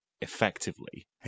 effectively